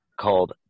called